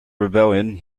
rebellion